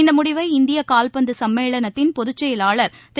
இந்த முடிவை இந்திய கால்பந்து சம்மேளனத்தின் பொதுச் செயலாளர் திரு